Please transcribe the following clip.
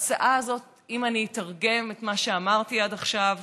אם אני אתרגם את מה שאמרתי עד עכשיו,